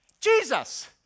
Jesus